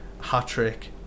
hat-trick